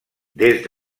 des